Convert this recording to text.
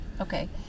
Okay